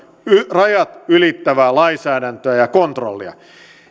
rajat ylittävää lainsäädäntöä ja kontrollia